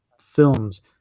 films